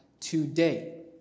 today